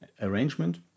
arrangement